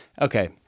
Okay